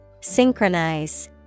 synchronize